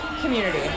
community